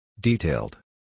Detailed